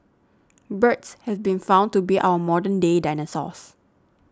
birds has been found to be our modern day dinosaurs